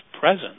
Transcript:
present